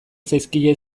zaizkie